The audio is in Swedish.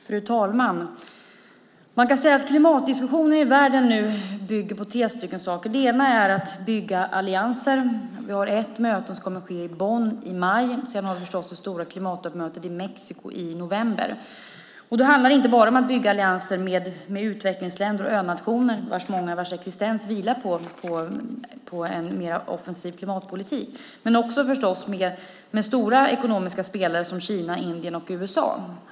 Fru talman! Man kan säga att klimatdiskussionen i världen nu bygger på tre saker. En är att bygga allianser. Vi har ett möte som kommer att ske i Bonn i maj. Sedan har vi förstås det stora klimattoppmötet i Mexiko i november. Då handlar det inte bara om att bygga allianser med utvecklingsländer och önationer, vars existens i många fall vilar på en mer offensiv klimatpolitik, utan också med stora ekonomiska spelare som Kina, Indien och USA.